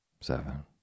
Seven